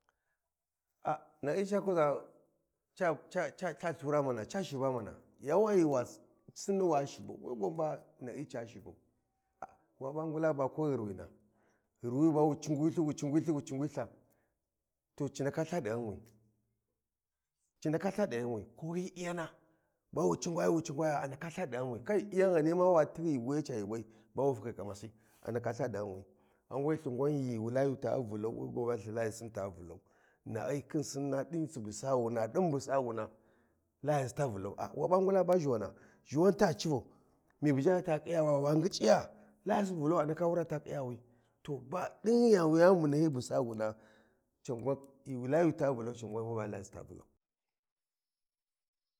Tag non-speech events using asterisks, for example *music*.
﻿A na’hi ca kuʒa ca *hesitation* lthura mana ca shiba mana yanwa ghi wa Sinni wa shibeu we gwan ba na’ai ca shibau, a wa ɓa ngula va ko ngirwina ngirwi ba wu cugwi lthi, wu cugwilthi wu cugwiltha to ci ndaka ltha ɗi ghanwi ci ndaka lthoɗi ghan wi ko hyi Iyana ba wi cugwayi wu cugwaya a ndaka ltha ɗi ghanwi kai Iyani ghani ma wa tighi wiya ca yuuwai ba wu fakhi kamasi a ndaka ltha ɗi ghanwi ghan we ghi Layu ta Vulau we gwan lthin Layisin ta Vulau Va ai khin Sinna ɗin Subu sawuna din Subu sawuna Layasi ta Vulau a wa ɓa ngula ma ʒhiwana, ʒhiwan ta civau mi bu ʒhata ƙhiyawa, wa ngiciya layasi a ndaka vulu ta wura ta ƙhiyawi to ba ɗin gha yani bu wu nahyi bu sawuna ghi Layu ta Valau we gwan ba layasi ta vulau.